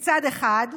מצד אחד,